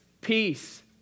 peace